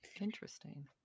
Interesting